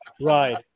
Right